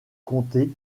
comté